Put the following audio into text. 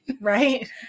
Right